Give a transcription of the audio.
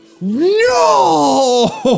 No